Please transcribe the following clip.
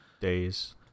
Days